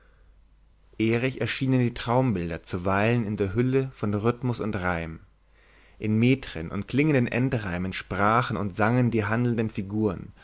erich erschienen die traumbilder zuweilen in der hülle von rhythmus und reim in metren und klingenden endreimen sprachen und sangen die handelnden figuren